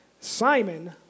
Simon